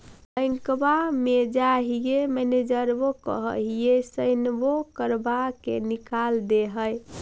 बैंकवा मे जाहिऐ मैनेजरवा कहहिऐ सैनवो करवा के निकाल देहै?